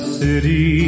city